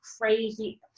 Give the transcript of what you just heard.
crazy